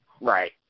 Right